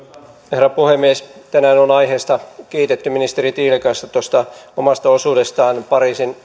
herra puhemies tänään on aiheesta kiitetty ministeri tiilikaista tuosta omasta osuudestaan pariisin